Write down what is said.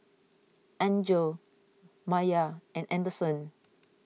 Enzo Meyer and anderson